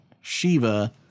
Shiva